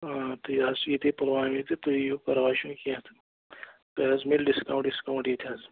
آ تہٕ یہِ حظ چھِ ییٚتھی پُلوامہِ تہٕ تُہۍ یِیِو پَرواے چھُنہٕ کیٚنٛہہ تہٕ تۄہہِ حظ مِلہِ ڈِسکاوُنٛٹ وِسکاوُنٛٹ ییٚتہِ حظ